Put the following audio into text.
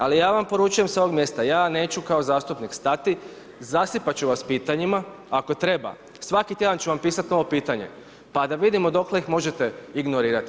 Ali ja vam poručujem sa ovog mjesta, ja vam neću kao zastupnik stati, zasipat ću vas pitanjima, ako treba, svaki tjedan ću vam pisati novo pitanje, pa d vidimo dokle ih možete ignorirati.